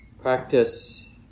practice